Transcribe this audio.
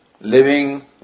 living